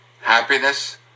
happiness